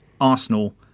Arsenal